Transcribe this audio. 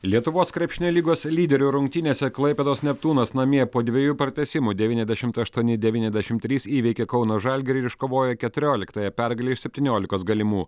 lietuvos krepšinio lygos lyderių rungtynėse klaipėdos neptūnas namie po dviejų pratęsimų devyniasdešimt aštuoni devyniasdešim trys įveikė kauno žalgirį ir iškovojo keturioliktąją pergalę iš septyniolikos galimų